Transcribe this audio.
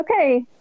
okay